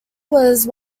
was